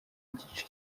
igice